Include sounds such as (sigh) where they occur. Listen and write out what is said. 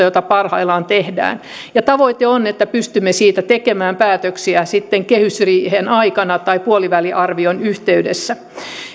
(unintelligible) jota parhaillaan tehdään tavoite on että pystymme siitä tekemään päätöksiä sitten kehysriihen aikana tai puoliväliarvion yhteydessä